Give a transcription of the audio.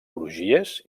crugies